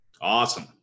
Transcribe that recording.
Awesome